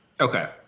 Okay